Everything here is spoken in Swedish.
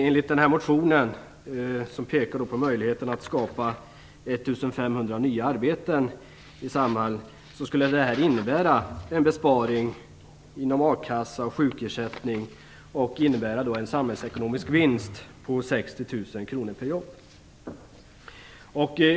Enligt motionen, där vi pekar på möjligheten att skapa 1 500 nya arbeten inom Samhall, skulle det här innebära en besparing inom a-kassa och sjukersättning och en samhällsekonomisk vinst på 60 000 kr per jobb.